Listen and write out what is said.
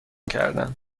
کردن